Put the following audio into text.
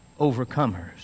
overcomers